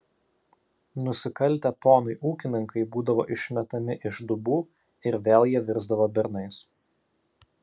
nusikaltę ponui ūkininkai būdavo išmetami iš dubų ir vėl jie virsdavo bernais